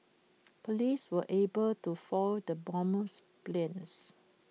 Police were able to foil the bomber's plans